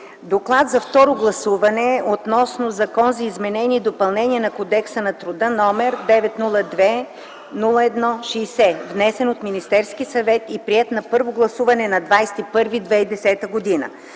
Доклад за второ гласуване относно Закон за изменение и допълнение на Кодекса на труда, № 902-01-60, внесен от Министерския съвет и приет на първо гласуване на 20.01.2010 г.